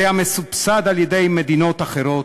זה המסובסד על-ידי מדינות אחרות,